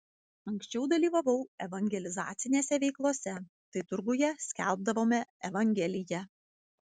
anksčiau dalyvavau evangelizacinėse veiklose tai turguje skelbdavome evangeliją